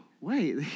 wait